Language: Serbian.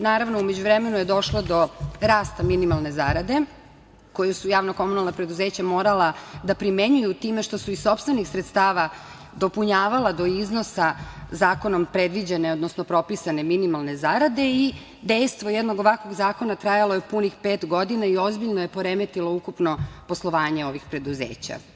Naravno, u međuvremenu je došlo do rasta minimalne zarade koju su javna komunalna preduzeća morala da primenjuju time što su iz sopstvenih sredstava dopunjavala do iznosa Zakonom predviđene, odnosno propisane minimalne zarade i dejstvo jednog ovakvog zakona trajalo je punih pet godina i ozbiljno je poremetilo ukupno poslovanje ovih preduzeća.